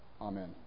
Amen